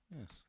Yes